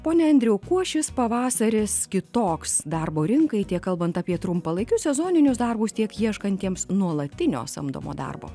pone andriau kuo šis pavasaris kitoks darbo rinkai tiek kalbant apie trumpalaikius sezoninius darbus tiek ieškantiems nuolatinio samdomo darbo